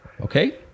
okay